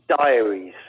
Diaries